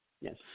Yes